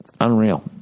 Unreal